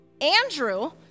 Andrew